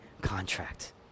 contract